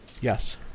Yes